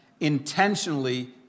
intentionally